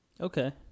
Okay